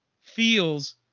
feels